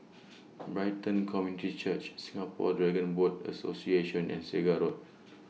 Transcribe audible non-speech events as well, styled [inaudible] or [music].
[noise] Brighton Community Church Singapore Dragon Boat Association and Segar Road